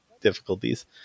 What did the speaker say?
difficulties